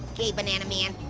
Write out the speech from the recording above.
okay, banana man.